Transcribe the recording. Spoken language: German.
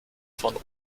von